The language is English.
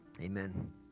Amen